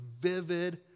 vivid